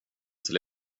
till